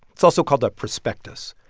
it's also called a prospectus.